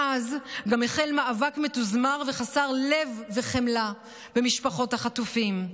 מאז גם החל מאבק מתוזמר וחסר לב וחמלה במשפחות החטופים.